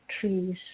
trees